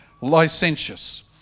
licentious